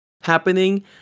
happening